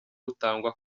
butangwa